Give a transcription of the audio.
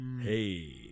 Hey